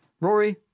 Rory